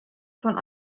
von